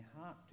heart